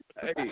Hey